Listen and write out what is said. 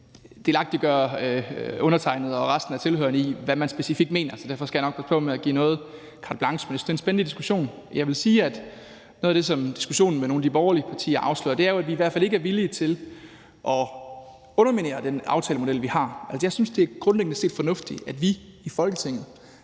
delagtiggøre undertegnede og resten af tilhørerne i, hvad man specifikt mener. Så derfor skal jeg nok passe på med at give noget carte blanche. Men jeg synes, det er en spændende diskussion. Jeg vil sige, at noget af det, som diskussionen med nogle af de borgerlige partier afslører, jo er, at vi i hvert fald ikke er villige til at underminere den aftalemodel, vi har. Jeg synes, at det grundlæggende set er fornuftigt, at vi i Folketinget